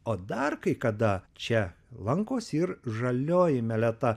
o dar kai kada čia lankosi ir žalioji meleta